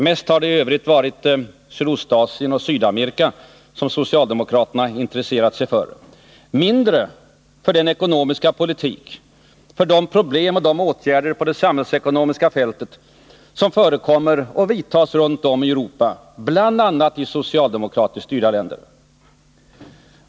Mest har det i övrigt varit Sydostasien och Sydamerika som socialdemokraterna intresserat sig för, och mindre den ekonomiska politik, de problem och de åtgärder på det samhällsekonomiska fältet som förekommer och vidtas runt om i Europa, bl.a. i socialdemokratiskt styrda länder.